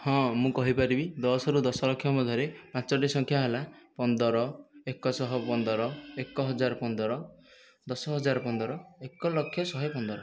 ହଁ ମୁଁ କହିପାରିବି ଦଶରୁ ଦଶଲକ୍ଷ ମଧ୍ୟରେ ପାଞ୍ଚଟି ସଂଖ୍ୟା ହେଲା ପନ୍ଦର ଏକଶହ ପନ୍ଦର ଏକହଜାର ପନ୍ଦର ଦଶହଜାର ପନ୍ଦର ଏକଲକ୍ଷ ଶହେ ପନ୍ଦର